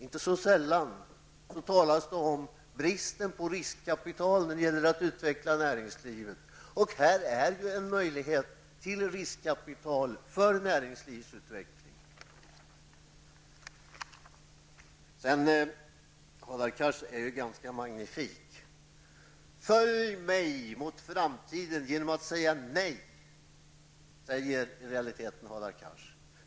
Inte så sällan talas det om bristen på riskkapital när det gäller att utveckla näringslivet. Och här är ju en möjlighet till riskkapital för näringslivsutveckling. Hadar Cars är ganska magnifik. Följ mig mot framtiden genom att säga nej, säger i realiteten Hadar Cars.